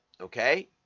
okay